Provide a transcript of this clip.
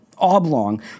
Oblong